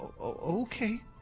Okay